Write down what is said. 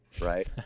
right